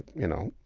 you know,